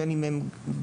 בין אם הם בגירים,